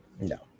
no